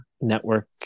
network